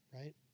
right